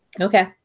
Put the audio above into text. Okay